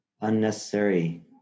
unnecessary